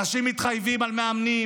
אנשים מתחייבים על מאמנים,